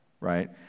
right